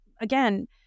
again